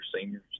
seniors